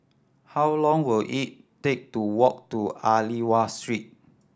how long will it take to walk to Aliwal Street